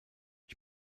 ich